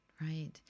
right